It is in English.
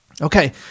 Okay